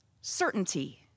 certainty